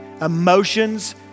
emotions